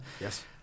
Yes